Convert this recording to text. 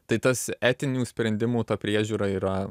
tai tas etinių sprendimų ta priežiūra yra